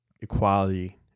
equality